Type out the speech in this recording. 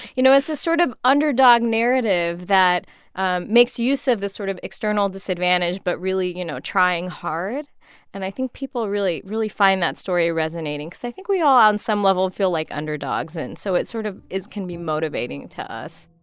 you know, it's a sort of underdog narrative that um makes use of this sort of external disadvantages, but really, you know, trying hard and i think people really really find that story resonating because i think we all on some level feel like underdogs. and so it sort of is can be motivating to us